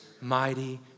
mighty